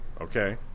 Okay